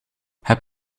heb